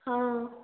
ହଁ